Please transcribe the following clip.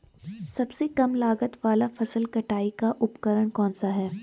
सबसे कम लागत वाला फसल कटाई का उपकरण कौन सा है?